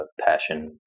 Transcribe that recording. passion